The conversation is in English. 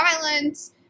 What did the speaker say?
violence